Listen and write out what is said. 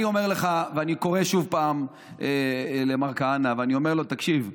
ואני קורא שוב למר כהנא ואני אומר לו: תקשיב,